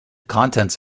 contents